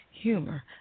humor